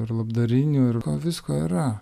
ir labdarinių ir visko yra